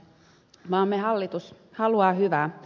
maamme hallitus haluaa hyvää